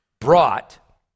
brought